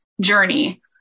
journey